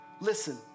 Listen